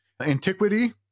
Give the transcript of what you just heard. antiquity—